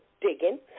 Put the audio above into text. digging